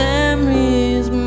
Memories